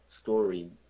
story